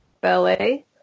Ballet